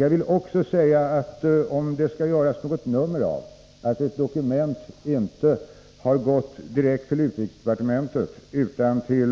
Jag vill också påpeka — om det skall göras något nummer av att ett dokument inte har gått direkt till utrikesdepartementet utan till